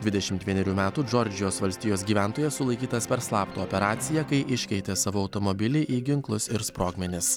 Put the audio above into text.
dvidešimt vienerių metų džordžijos valstijos gyventojas sulaikytas per slaptą operaciją kai iškeitė savo automobilį į ginklus ir sprogmenis